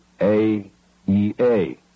A-E-A